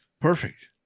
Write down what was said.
Perfect